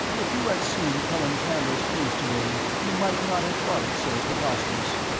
if you had seen colin camber's face to-day, you might not have thought it so preposterous.